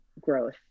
growth